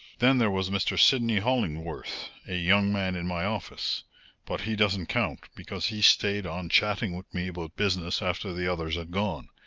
then there was mr. sidney hollingworth, a young man in my office but he doesn't count, because he stayed on chatting with me about business after the others had gone,